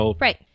Right